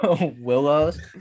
Willows